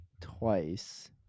twice